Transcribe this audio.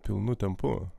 pilnu tempu